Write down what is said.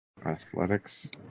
Athletics